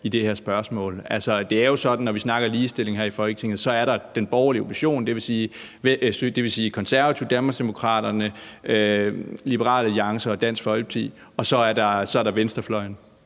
vi snakker ligestilling . Det er jo sådan, når vi snakker ligestilling her i Folketinget, at der er den borgerlige opposition, dvs. Konservative, Danmarksdemokraterne, Liberal Alliance og Dansk Folkeparti, og så er der venstrefløjen.